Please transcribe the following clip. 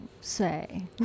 say